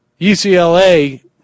UCLA